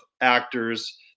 actors